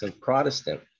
Protestant